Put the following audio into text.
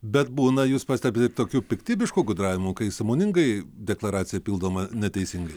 bet būna jūs pastebit ir tokių piktybiškų gudravimų kai sąmoningai deklaracija pildoma neteisingai